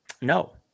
No